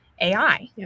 AI